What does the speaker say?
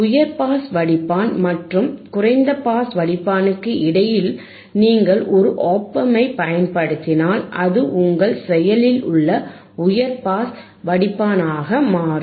உயர் பாஸ் வடிப்பான் மற்றும் குறைந்த பாஸ் வடிப்பானுக்கு இடையில் நீங்கள் ஒரு ஒப் ஆம்பைப் பயன்படுத்தினால் அது உங்கள் செயலில் உள்ள உயர் பாஸ் வடிப்பானாக மாறும்